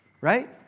Right